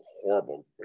horrible